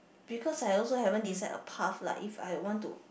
because I also haven't decide a path lah if I want to